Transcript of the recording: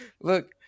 look